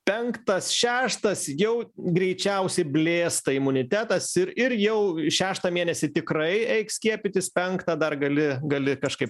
penktas šeštas jau greičiausiai blėsta imunitetas ir ir jau šeštą mėnesį tikrai eik skiepytis penktą dar gali gali kažkaip